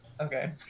Okay